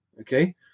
Okay